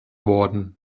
worden